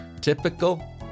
Typical